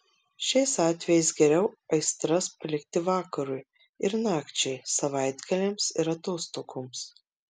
šiais atvejais geriau aistras palikti vakarui ir nakčiai savaitgaliams ir atostogoms